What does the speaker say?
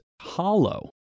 hollow